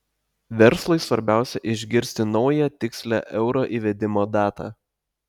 verslui svarbiausia išgirsti naują tikslią euro įvedimo datą